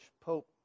Pope